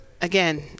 again